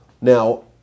Now